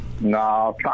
No